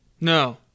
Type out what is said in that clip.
No